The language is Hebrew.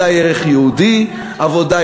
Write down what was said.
אפשר